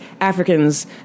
Africans